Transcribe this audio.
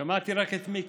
שמעתי רק את מיקי.